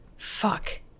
fuck